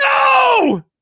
No